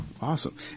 Awesome